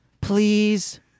Please